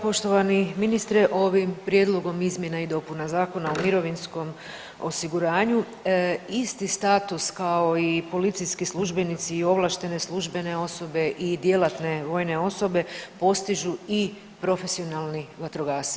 Poštovani ministre ovim prijedlogom izmjena i dopuna Zakona o mirovinskom osiguranju isti status kao i policijski službenici i ovlaštene službene osobe i djelatne vojne osobe postižu i profesionalni vatrogasci.